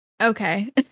okay